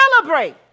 Celebrate